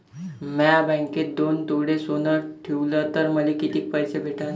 म्या बँकेत दोन तोळे सोनं ठुलं तर मले किती पैसे भेटन